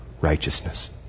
righteousness